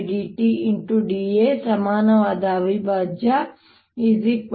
da ಸಮನಾದ ಅವಿಭಾಜ್ಯ 2